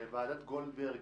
הרי בוועדת גולדברג